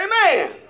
Amen